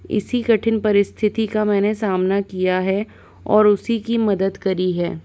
इसी कठिन परिस्थिति का मैंने सामना किया है और उसी की मदद करी है